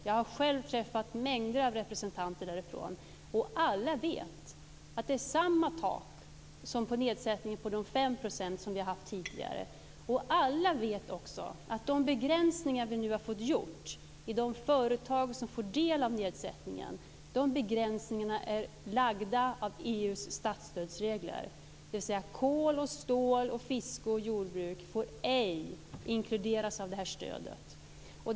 Jag har själv träffat mängder av representanter därifrån, och alla vet att samma tak gäller här som vid en nedsättning på 5 %, som vi har haft tidigare. Alla vet också att de begränsningar vi nu har fått göra när det gäller vilka företag som får del av nedsättningen beror på EU:s statsstödsregler. Kol, stål, fiske och jordbruk får inte inkluderas i det här stödet.